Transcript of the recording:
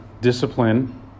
discipline